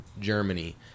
Germany